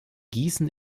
gießen